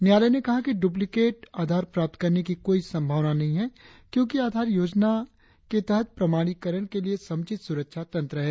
न्यायालय ने कहा कि डुप्लिकेट आधार प्राप्त करने की कोई संभावना नही है क्योंकि आधार योजना की तहत प्रमाणीकरण के लिए समुचित सुरक्षा तंत्र है